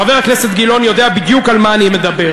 חבר הכנסת גילאון יודע בדיוק על מה אני מדבר,